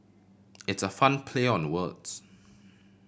it's a fun play on the words